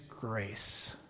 grace